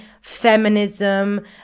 feminism